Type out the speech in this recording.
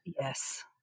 yes